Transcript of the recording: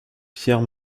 pierre